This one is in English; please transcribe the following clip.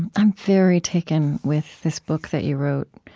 i'm very taken with this book that you wrote,